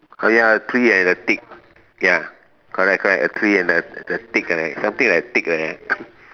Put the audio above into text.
oh ya a tree and a tick ya correct correct a tree and a the tick right something like tick like that